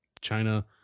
China